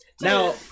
Now